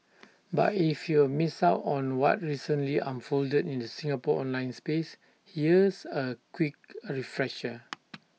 but if you've missed out on what recently unfolded in the Singapore online space here's A quick A refresher